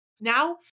Now